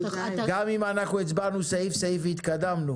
גם אם נצביע סעיף-סעיף ונתקדם,